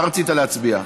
בעד.